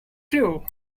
true